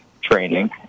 training